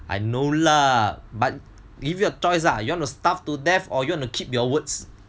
I know lah but give you a choice lah you want to starve to death or you want to keep your words